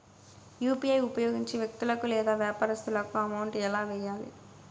UPI ఉపయోగించి వ్యక్తులకు లేదా వ్యాపారస్తులకు అమౌంట్ ఎలా వెయ్యాలి